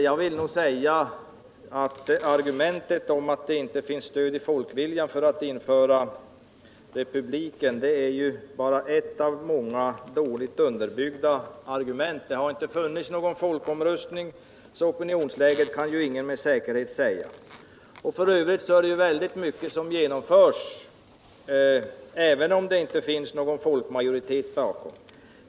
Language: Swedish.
Påståendet att det inte finns stöd i folkviljan för att införa republik är bara ett av många dåligt underbyggda argument. Det har inte företagits någon folkomröstning, så ingen kan med säkerhet uttala sig om opinionsläget. F. ö. är det väldigt mycket som genomförs även om det inte finns någon folkmajoritet bakom.